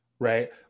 Right